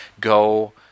go